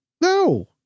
No